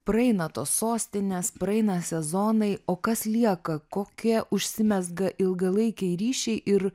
praeina tos sostinės praeina sezonai o kas lieka kokie užsimezga ilgalaikiai ryšiai ir